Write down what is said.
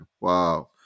wow